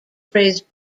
praised